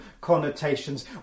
connotations